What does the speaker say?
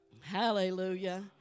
Hallelujah